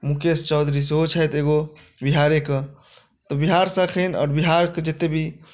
मुकेश चौधरी सेहो छथि एगो बिहारेके तऽ बिहारसँ अखन आओर बिहारके जते भी